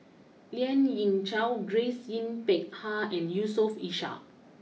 Lien Ying Chow Grace Yin Peck Ha and Yusof Ishak